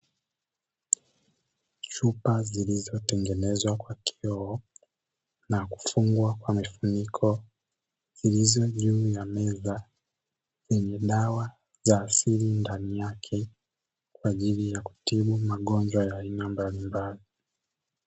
Chupa zilizo tengenezwa kwa kidoo, na kufungwa kwa mifuniko zilizo juu ya meza , zenye dawa ya asili ndani yake kwaajili ya kutibu magonjwa ya aina mbalimbali.